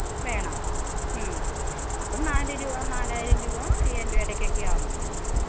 വേണം അപ്പം നാല് രൂപ നാലായിരം രൂപ അയ്യായിരം രൂപ ഇടക്കൊക്കെ ആവും